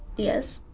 yes?